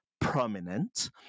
prominent